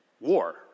War